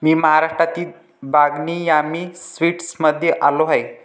मी महाराष्ट्रातील बागनी यामी स्वीट्समध्ये आलो आहे